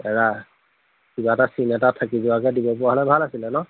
এৰা কিবা এটা চিন এটা থাকি যোৱাকে দিব পৰা হ'লে ভাল আছিলে ন